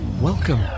Welcome